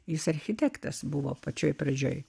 jis architektas buvo pačioje pradžioje